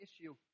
issue